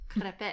Crepe